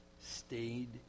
stayed